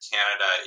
Canada